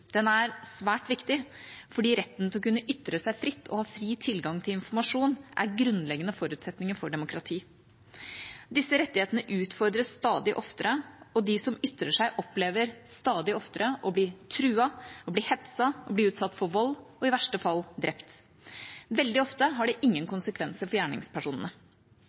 Den er svært viktig, fordi retten til å kunne ytre seg fritt og ha fri tilgang til informasjon er grunnleggende forutsetninger for demokrati. Disse rettighetene utfordres stadig oftere, og de som ytrer seg, opplever stadig oftere å bli truet, å bli hetset og å bli utsatt for vold, og i verste fall drept. Veldig ofte har det ingen konsekvenser for gjerningspersonene.